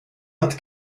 hat